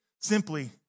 simply